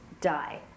die